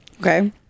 Okay